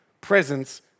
presence